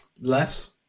Less